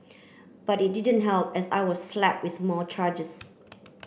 but it didn't help as I was slap with more charges